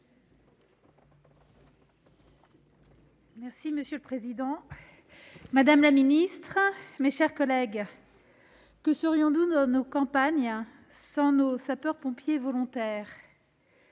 Vérien. Monsieur le président, madame la ministre, mes chers collègues, que serions-nous dans nos campagnes sans nos sapeurs-pompiers volontaires ?